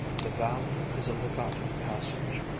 the valley is a legato passage,